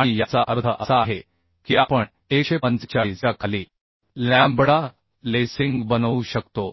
आणि याचा अर्थ असा आहे की आपण 145 च्या खाली लॅम्बडा लेसिंग बनवू शकतो